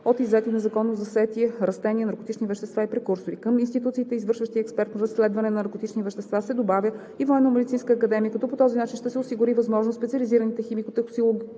от иззети незаконно засети растения, наркотични вещества и прекурсори. Към институциите, извършващи експертно изследване на наркотични вещества, се добавя и Военномедицинската академия, като по този начин ще се осигури възможност специализираните химико-токсикологични